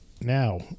Now